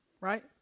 Right